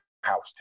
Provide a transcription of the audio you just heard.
house